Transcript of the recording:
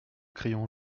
crayon